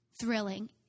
thrilling